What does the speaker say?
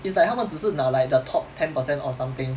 it's like 他们只是拿 like the top ten percent or something